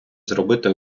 зробили